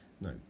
No